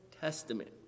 Testament